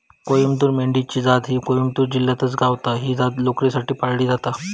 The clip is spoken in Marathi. कोईमतूर मेंढी ची जात ही कोईमतूर जिल्ह्यातच गावता, ही जात लोकरीसाठी पाळली जाता